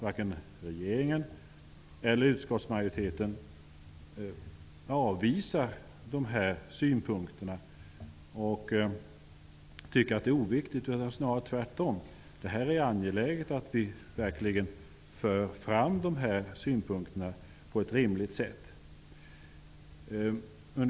Varken regeringen eller utskottsmajoriteten avvisar på något sätt de här synpunkterna som oviktiga, utan snarare tvärtom. Det är angeläget att vi verkligen för fram de här synpunkterna på ett rimligt sätt.